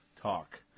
talk